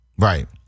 Right